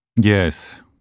Yes